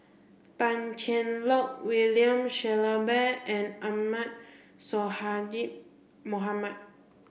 Tan Cheng Lock William Shellabear and Ahmad Sonhadji Mohamad